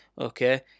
okay